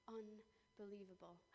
unbelievable